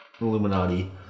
Illuminati